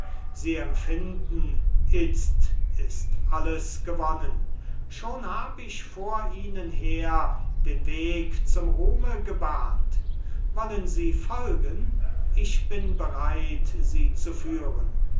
sie empfinden itzt ist alles gewonnen schon hab ich vor ihnen her den weg zum ruhme gebahnt wollen sie folgen ich bin bereit sie zu führen